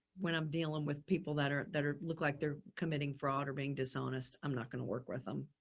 when i'm dealing with people that are, that are look like they're committing fraud or being dishonest, i'm not going to work with them.